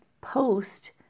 post